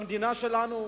במדינה שלנו,